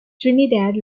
trinidad